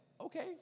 okay